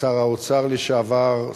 שר האוצר לשעבר,